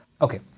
Okay